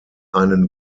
einen